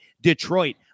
Detroit